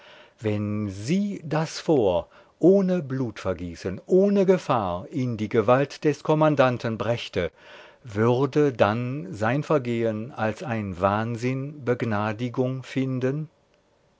wenn sie das fort ohne blutvergießen ohne gefahr in die gewalt des kommandanten brächte würde dann sein vergehen als ein wahnsinn begnadigung finden